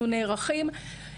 נערכים.